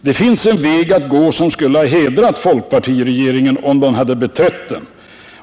Det finns en annan väg att gå fram, och det skulle ha hedrat folkpartiregeringen, om den hade beträtt den.